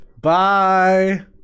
Bye